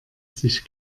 sich